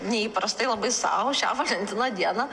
neįprastai labai sau šią valentino dieną